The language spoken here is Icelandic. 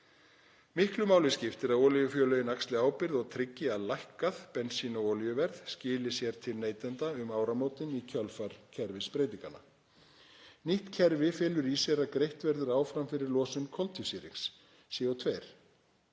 Miklu máli skiptir að olíufélögin axli ábyrgð og tryggi að lækkað bensín og olíuverð skili sér til neytenda um áramótin í kjölfar kerfisbreytinganna. Nýtt kerfi felur í sér að greitt verður áfram fyrir losun koltvísýrings, CO2, með